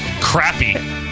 Crappy